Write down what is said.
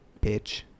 bitch